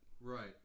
Right